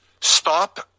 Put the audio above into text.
stop